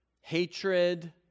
hatred